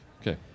Okay